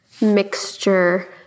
mixture